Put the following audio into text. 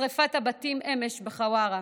שרפת הבתים אמש בחווארה